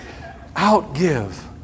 outgive